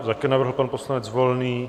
To také navrhl pan poslanec Volný.